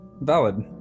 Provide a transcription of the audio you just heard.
valid